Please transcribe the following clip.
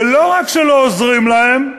ולא רק שלא עוזרים להם,